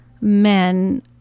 men